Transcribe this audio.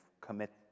commit